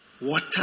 water